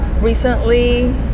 recently